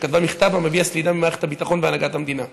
שכתבה מכתב המביע סלידה ממערכת הביטחון והנהגת המדינה.